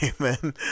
amen